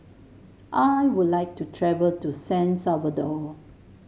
I would like to travel to San Salvador